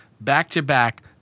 back-to-back